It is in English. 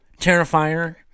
terrifier